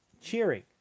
cheering